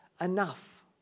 enough